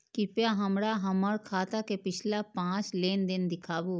कृपया हमरा हमर खाता के पिछला पांच लेन देन दिखाबू